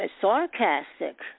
sarcastic